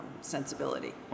sensibility